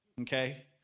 Okay